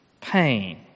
pain